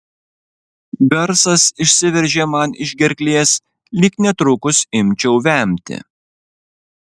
garsas išsiveržė man iš gerklės lyg netrukus imčiau vemti